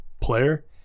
player